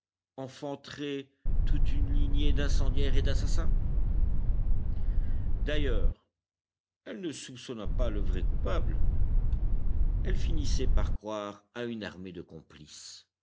enfanterait toute une lignée d'incendiaires et d'assassins d'ailleurs elle ne soupçonna pas le vrai coupable elle finissait par croire à une armée de complices